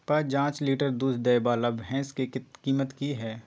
प जॉंच लीटर दूध दैय वाला भैंस के कीमत की हय?